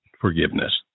forgiveness